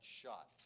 shot